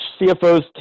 cfos